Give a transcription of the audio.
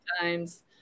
times